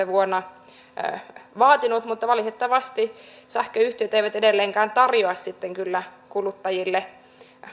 vuonna kaksituhattaneljätoista vaatinut mutta valitettavasti sähköyhtiöt eivät edelleenkään tarjoa kuluttajille